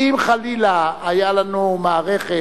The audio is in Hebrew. כי אם, חלילה, היתה לנו מערכת